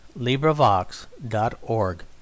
LibriVox.org